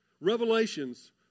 Revelations